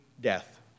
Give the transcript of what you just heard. death